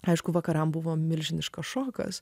aišku vakarams buvo milžiniškas šokas